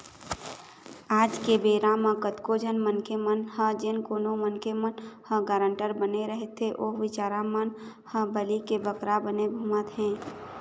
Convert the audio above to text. आज के बेरा म कतको झन मनखे मन ह जेन कोनो मनखे मन ह गारंटर बने रहिथे ओ बिचारा मन ह बली के बकरा बने घूमत हें